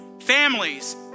Families